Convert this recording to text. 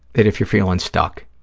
that if you're feeling stuck